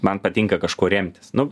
man patinka kažkuo remtis nu